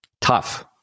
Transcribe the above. tough